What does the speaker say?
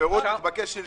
הפירוט התבקש שלשום.